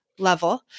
level